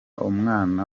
umwana